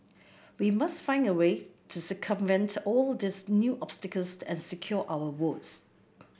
we must find a way to circumvent all these new obstacles and secure our votes